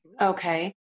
Okay